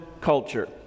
culture